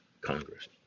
Congress